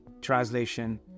translation